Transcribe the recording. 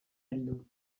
heldu